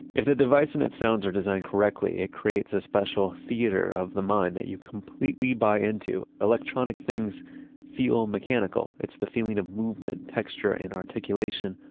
if a device and its sounds are designed correctly, it creates a special theater of the mind that you completely buy into. electronic things feel mechanical. it's the feeling of movement, texture, and articulation,